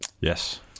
Yes